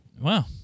Wow